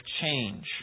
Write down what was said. change